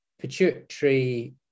pituitary